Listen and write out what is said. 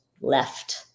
left